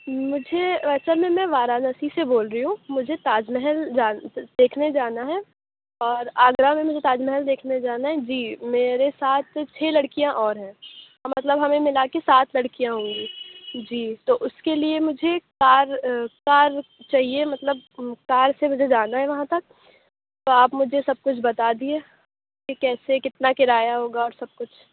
مجھے اصل میں میں وارانسی سے بول رہی ہوں مجھے تاج محل جان دیکھنے جانا ہے اور آگرہ میں مجھے تاج محل دیکھنے جانا ہے جی میرے ساتھ چھ لڑکیاں اور ہیں تو مطلب ہمیں ملا کے سات لڑکیاں ہوں گی جی تو اُس کے لیے مجھے کار کار چاہیے مطلب کار سے مجھے جانا ہے وہاں تک تو آپ مجھے سب کچھ بتا دیے کہ کیسے کتنا کرایہ ہوگا اور سب کچھ